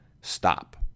stop